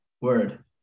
Word